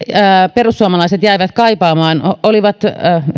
perussuomalaiset jäivät kaipaamaan olivat